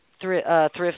thrift